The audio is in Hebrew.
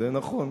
זה נכון.